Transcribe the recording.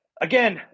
again